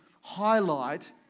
highlight